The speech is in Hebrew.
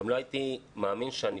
גם לא הייתי מאמין שאשמע את מה שאני